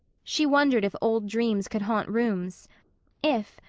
she wondered if old dreams could haunt rooms if,